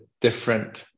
different